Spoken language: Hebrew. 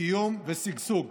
קיום ושגשוג.